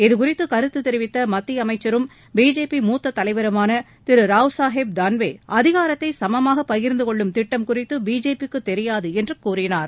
இதுகுறித்து கருத்து தெரிவித்த மத்திய அமைச்சரும் பிஜேபி மூத்த தலைவருமான திரு ராவ்சாஹேப் தான்வே அதிகாரத்தை சமமாக பகிர்ந்து கொள்ளும் திட்டம் குறித்து பிஜேபிக்கு தெரியாது என்று கூறினார்